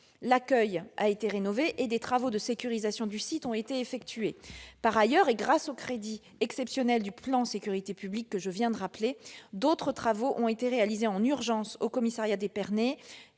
l'accueil a été rénové et des travaux de sécurisation du site ont été effectués. Par ailleurs, grâce aux crédits exceptionnels du plan sécurité publique, des travaux ont été réalisés en urgence au commissariat d'Épernay-